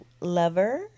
Lover